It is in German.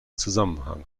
zusammenhang